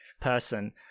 person